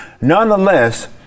Nonetheless